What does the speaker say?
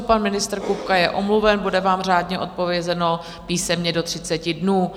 Pan ministr Kupka je omluven, bude vám řádně odpovězeno písemně do 30 dnů.